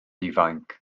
ifanc